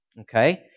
Okay